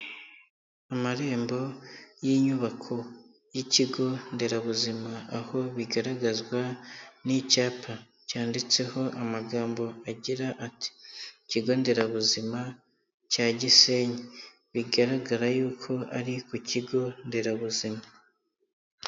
Amarembo y'inyubako y'ikigo nderabuzima, aho bigaragazwa n'icyapa cyanditseho amagambo agira ati: ikigo nderabuzima cya Gisenyi, bigaragara yuko ari ku kigo nderabuzima.